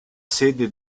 sede